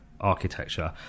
architecture